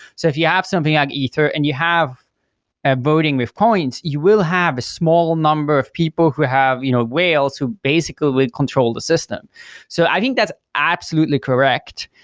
so if you have something like ether and you have ah voting with points, you will have a small number of people who have you know wales who basically would control the system so i think that's absolutely correct.